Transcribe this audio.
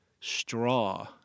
Straw